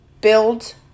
build